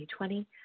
2020